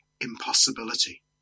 impossibility